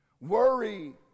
worry